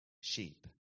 sheep